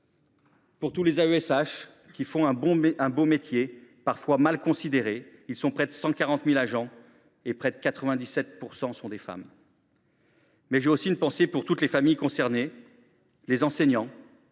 pour tous les AESH, qui font un beau métier, parfois mal considéré. Ils sont près de 140 000 agents, dont près de 97 % sont des femmes. J’ai aussi une pensée pour toutes les familles concernées, pour les enseignants,